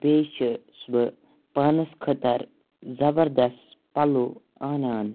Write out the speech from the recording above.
بیٚیہِ چھُس بہٕ پانس خٲطرٕ زَبردس پَلو اَنان